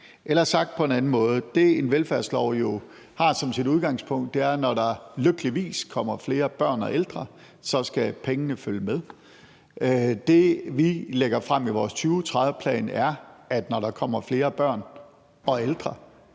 til. Sagt på en anden måde er det, en velfærdslov jo har som sit udgangspunkt, at når der lykkeligvis kommer flere børn og ældre, skal pengene følge med. Det, vi lægger frem i vores 2030-plan, er, at når der kommer flere børn og ældre,